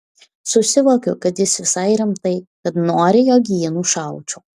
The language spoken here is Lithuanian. susivokiu kad jis visai rimtai kad nori jog jį nušaučiau